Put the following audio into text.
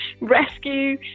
rescue